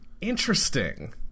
interesting